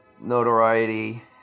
notoriety